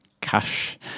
cash